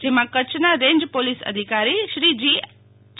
જેમાં કચ્છના range police અધિકારી શ્રી જે